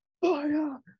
fire